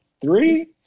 Three